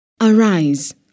Arise